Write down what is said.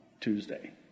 Tuesday